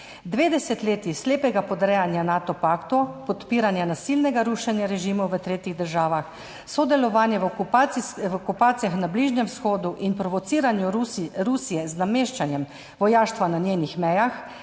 desetletji slepega podrejanja Nato paktu, podpiranja nasilnega rušenja režimov v tretjih državah, sodelovanje v okupacijah na Bližnjem vzhodu in provociranje Rusije z nameščanjem vojaštva na njenih mejah